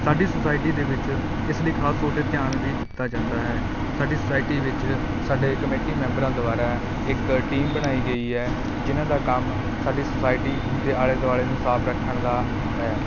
ਸਾਡੀ ਸੋਸਾਇਟੀ ਦੇ ਵਿੱਚ ਇਸ ਲਈ ਖਾਸ ਤੌਰ 'ਤੇ ਧਿਆਨ ਵੀ ਦਿੱਤਾ ਜਾਂਦਾ ਹੈ ਸਾਡੀ ਸੁਸਾਇਟੀ ਵਿੱਚ ਸਾਡੇ ਕਮੇਟੀ ਮੈਂਬਰਾਂ ਦੁਆਰਾ ਇੱਕ ਟੀਮ ਬਣਾਈ ਗਈ ਹੈ ਜਿਹਨਾਂ ਦਾ ਕੰਮ ਸਾਡੀ ਸੁਸਾਇਟੀ ਦੇ ਆਲੇ ਦੁਆਲੇ ਨੂੰ ਸਾਫ ਰੱਖਣ ਦਾ ਹੈ